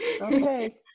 Okay